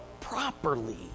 properly